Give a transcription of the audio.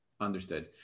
Understood